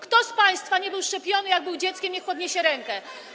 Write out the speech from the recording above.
Kto z państwa nie był szczepiony, jak był dzieckiem, niech podniesie rękę.